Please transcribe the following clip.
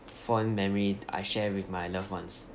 fond memory I share with my loved ones